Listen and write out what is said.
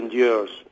years